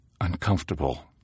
Uncomfortable